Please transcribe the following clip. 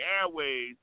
airways